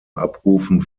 abrufen